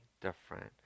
different